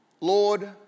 Lord